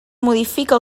modifica